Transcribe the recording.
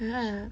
ah